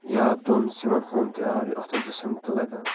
یا دۄن سِمَن ہُند تہِ آو یہِ اَتھ آسہٕ زٕ سِمہٕ تہِ لَگان